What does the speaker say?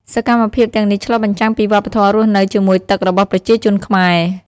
សកម្មភាពទាំងនេះឆ្លុះបញ្ចាំងពីវប្បធម៌រស់នៅជាមួយទឹករបស់ប្រជាជនខ្មែរ។